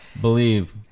Believe